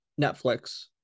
netflix